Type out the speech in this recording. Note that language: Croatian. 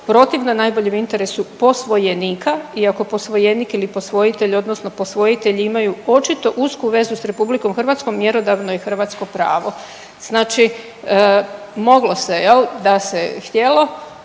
protivna najboljem interesu posvojenika, iako posvojenik ili posvojitelj, odnosno posvojitelji imaju očito usku vezu sa Republikom Hrvatskom mjerodavno je hrvatsko pravo. Znači, moglo se jel' da se htjelo,